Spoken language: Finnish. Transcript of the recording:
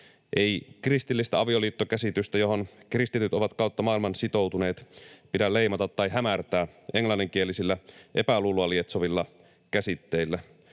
Kristillistä avioliittokäsitystä, johon kristityt ovat kautta maailman sitoutuneet, ei pidä leimata tai hämärtää englanninkielisillä epäluuloa lietsovilla käsitteillä.